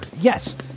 yes